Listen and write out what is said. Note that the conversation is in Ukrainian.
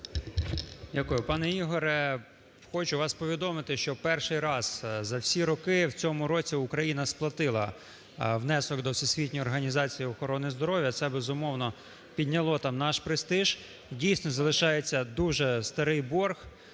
Дякую. Пане Ігоре, хочу вас повідомити, що перший раз за всі роки в цьому році Україна сплатила внесок до Всесвітньої організації охорони здоров'я. Це, безумовно, підняло там наш престиж. Дійсно, залишається дуже старий борг